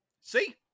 See